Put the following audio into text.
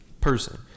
person